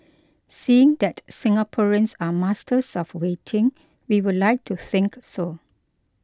seeing that Singaporeans are masters of waiting we would like to think so